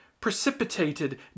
precipitated